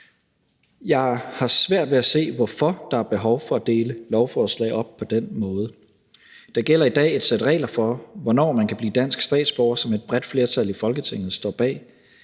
Jeg har svært ved at se, hvorfor der er behov for at dele lovforslag op på den måde. Der gælder i dag et sæt regler for, hvornår man kan blive dansk statsborger, som et bredt flertal i Folketinget står bag.